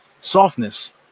softness